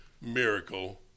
miracle